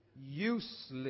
Useless